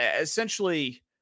essentially